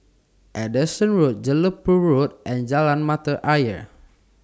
Anderson Road Jelebu Road and Jalan Mata Ayer